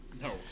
No